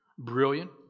brilliant